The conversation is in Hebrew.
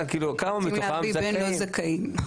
מי שרוצים להביא בן לא זכאים.